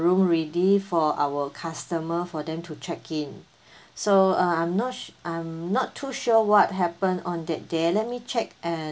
room ready for our customer for them to check in so uh I'm not s~ I'm not too sure what happened on that day let me check and